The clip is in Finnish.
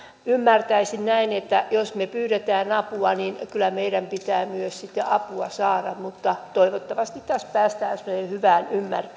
ymmärtäisin näin että jos me pyydämme apua niin kyllä meidän pitää myös sitten apua saada mutta toivottavasti taas päästään semmoiseen hyvään